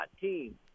team